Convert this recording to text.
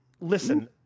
listen